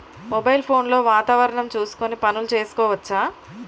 Mobile phone లో వాతావరణం చూసుకొని పనులు చేసుకోవచ్చా?